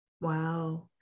Wow